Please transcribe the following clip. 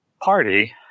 party